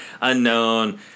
unknown